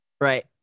Right